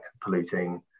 polluting